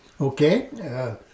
Okay